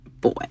boy